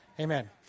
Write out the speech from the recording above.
Amen